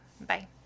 Bye